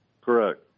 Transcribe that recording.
Correct